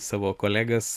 savo kolegas